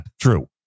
True